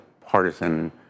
partisan